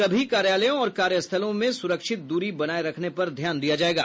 सभी कार्यालयों और कार्यस्थलों में सुरक्षित दूरी बनाए रखने पर ध्यान दिया जाएगा